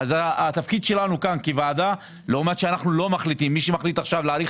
אנחנו לא מחליטים אלא מי שמחליט עכשיו להאריך